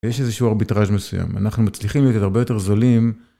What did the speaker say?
יש איזשהו ארביטראז' מסוים, אנחנו מצליחים להיות הרבה יותר זולים.